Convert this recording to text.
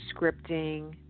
scripting